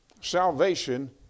salvation